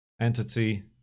entity